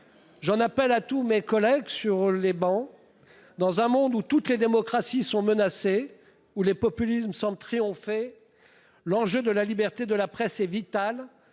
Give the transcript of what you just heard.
l'ensemble de nos travées, à un sursaut. Dans un monde où toutes les démocraties sont menacées, où les populismes semblent triompher, l'enjeu de la liberté de la presse est vital